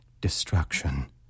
destruction